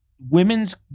women's